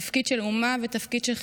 תפקיד של אומה ותפקיד של חברה.